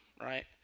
right